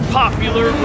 popular